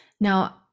now